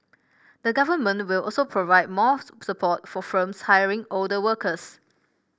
the government will also provide more support for firms hiring older workers